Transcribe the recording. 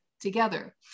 together